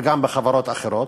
וגם בחברות אחרות,